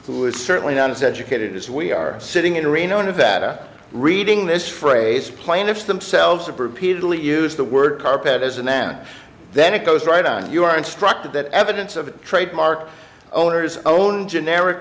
who is certainly not as educated as we are sitting in reno nevada reading this phrase plaintiff's themselves appropriately use the word carpet as a noun then it goes right on you are instructed that evidence of a trademark owners own generic